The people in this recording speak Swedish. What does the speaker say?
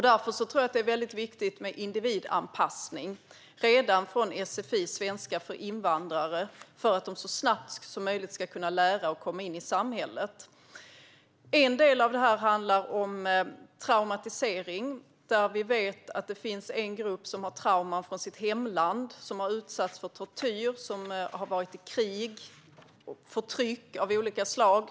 Därför tror jag att det är väldigt viktigt med individanpassning redan från sfi, svenska för invandrare, för att man så snabbt som möjligt ska kunna lära och komma in i samhället. En del av detta handlar om traumatisering. Vi vet att det finns en grupp som har trauman från sitt hemland - en grupp som har utsatts för tortyr, varit i krig och utsatts för förtryck av olika slag.